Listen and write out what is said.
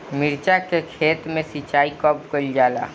मिर्चा के खेत में सिचाई कब कइल जाला?